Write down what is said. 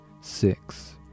six